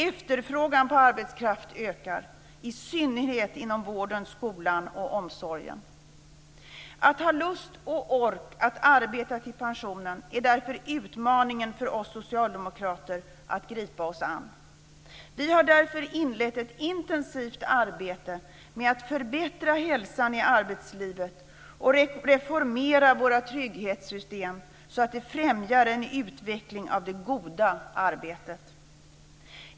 Efterfrågan på arbetskraft ökar, i synnerhet inom vården, skolan och omsorgen. Att folk ska ha lust och ork att arbeta ända till pensionen är utmaningen för oss socialdemokrater att gripa oss an. Vi har därför inlett ett intensivt arbete med att förbättra hälsan i arbetslivet och reformera våra trygghetssystem så att de främjar en utveckling av det goda arbetet.